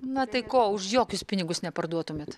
na tai ko už jokius pinigus neparduotumėt